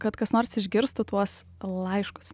kad kas nors išgirstų tuos laiškus